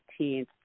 18th